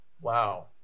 Wow